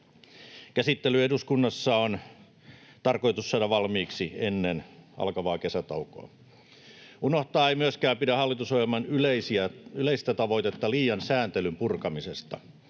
Käsittely eduskunnassa on tarkoitus saada valmiiksi ennen alkavaa kesätaukoa. Unohtaa ei myöskään pidä hallitusohjelman yleistä tavoitetta liian sääntelyn purkamisesta